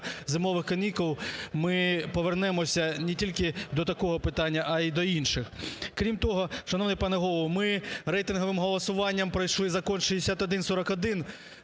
зимових канікул ми повернемося не тільки до такого питання, а і до інших. Крім того, шановний пане Голово, ми рейтинговим голосуванням пройшли Закон 6141.